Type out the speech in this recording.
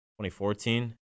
2014